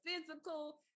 physical